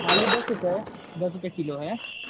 आलू दस रुपए दस रुपए किलो है